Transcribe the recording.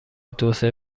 توسعه